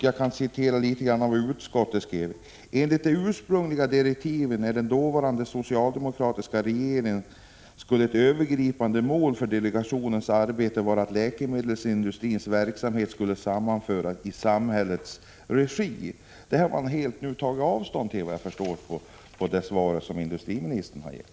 Jag kan citera litet av vad utskottet skrev 1982: ”Enligt de ursprungliga direktiven av den dåvarande socialdemokratiska regeringen skulle ett övergripande mål för delegationens arbete vara att läkemedelsindustrins verksamhet skulle sammanföras i samhällets regi.” Detta har socialdemokraterna nu helt tagit avstånd från, att döma av det svar som industriministern har gett.